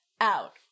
out